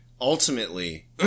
ultimately